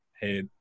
Hey